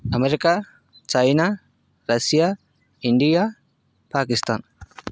America China Russia India Pakistan